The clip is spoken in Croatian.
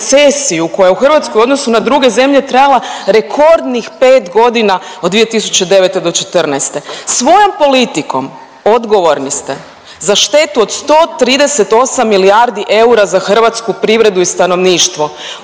koja je u Hrvatskoj u odnosu na druge zemlje trajala rekordnih pet godina od 2009.-2014. Svojom politikom odgovorni ste za štetu od 138 milijardi eura za hrvatsku privredu i stanovništvo,